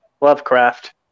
Lovecraft